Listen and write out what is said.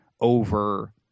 over